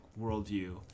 worldview